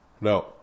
No